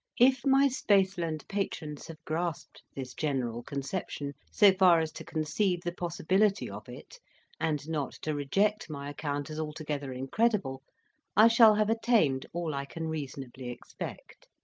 if my spaceland patrons have grasped this general conception, so far as to conceive the possibility of it and not to reject my account as altogether incredible i shall have attained all i can reasonably expect.